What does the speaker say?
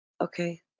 okay